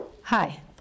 Hi